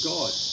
God